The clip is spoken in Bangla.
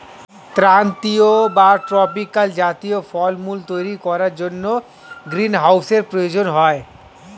ক্রান্তীয় বা ট্রপিক্যাল জাতীয় ফলমূল তৈরি করার জন্য গ্রীনহাউসের প্রয়োজন হয়